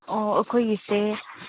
ꯑꯣ ꯑꯩꯈꯣꯏꯒꯤꯁꯦ